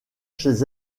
chez